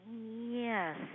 Yes